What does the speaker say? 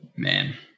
Man